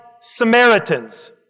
Samaritans